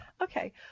okay